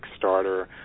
kickstarter